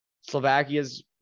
Slovakia's